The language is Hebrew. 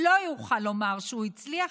לא יכול לומר שהוא הצליח,